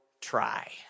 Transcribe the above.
try